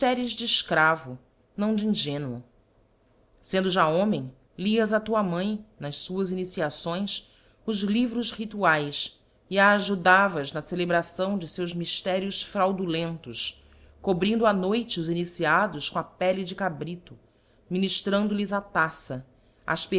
de efcravo não de ingénuo sendo já homem lias a tua mãe nas fuás iniciações o livros rituaes e a ajudavas na celebração de feus myfterios fraudulentos cobrindo á noite os iniciados com a pelle de cabrito miniftrando lhes a taça